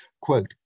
Quote